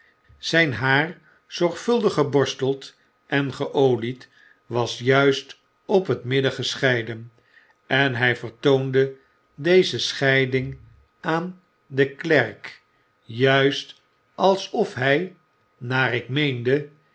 zijn haar zorgvuldig geborsteld en geolied was juist op het midden gescheiden en hij vertoonde deze scheiding aan den klerk juist alsof hjj